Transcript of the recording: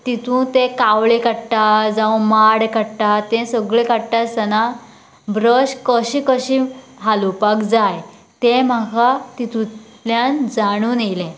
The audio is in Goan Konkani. तितूंत तें कावळे काडटा जांव माड काडटा तें सगळें काडटा आसतना ब्रश कशें कशें हालोवपाक जाय तें म्हाका तितूंतल्यान जाणून येले